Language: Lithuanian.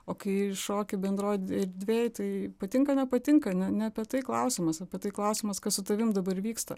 o kai šoki bendroj erdvėj tai patinka nepatinka ne ne apie tai klausiamas apie tai klausimas kas su tavim dabar vyksta